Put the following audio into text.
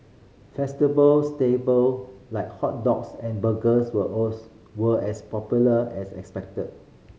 staple like hot dogs and burgers were were as popular as expected